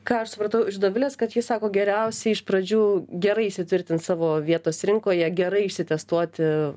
ką aš supratau iš dovilės kad ji sako geriausia iš pradžių gerai įsitvirtint savo vietos rinkoje gerai išsitestuoti